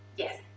yes.